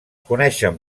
coneixen